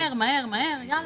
הגזמנו קצת, מהר מהר מהר, יאללה.